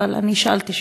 אבל אני אשאל את השאלות.